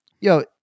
Yo